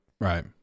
Right